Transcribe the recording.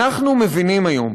אנחנו מבינים היום